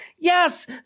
Yes